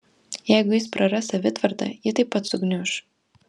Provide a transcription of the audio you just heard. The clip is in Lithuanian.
jeigu jis praras savitvardą ji taip pat sugniuš